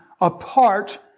apart